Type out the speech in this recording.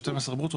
12 ברוטו,